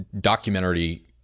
documentary